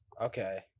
Okay